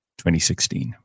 2016